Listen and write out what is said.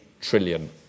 trillion